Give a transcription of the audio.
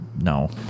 no